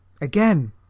Again